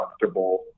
comfortable